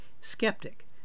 skeptic